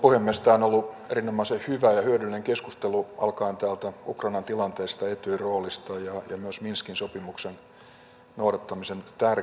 tämä on ollut erinomaisen hyvä ja hyödyllinen keskustelu alkaen täältä ukrainan tilanteesta etyjin roolista ja myös minskin sopimuksen noudattamisen tärkeydestä